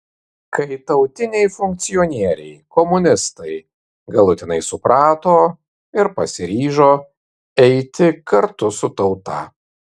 kai tautiniai funkcionieriai komunistai galutinai suprato ir pasiryžo eiti kartu su tauta